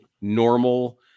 normal